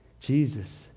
Jesus